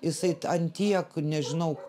jisai ant tiek nežinau